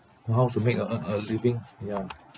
how's to make a a a living ya